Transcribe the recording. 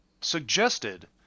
suggested